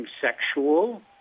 sexual